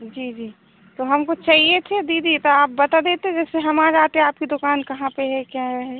जी जी तो हमको चाहिए थे दीदी तो आप बता देते जैसे हम आ जाते आपकी दुकान कहाँ पर है क्या है